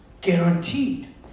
guaranteed